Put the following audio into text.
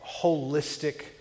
holistic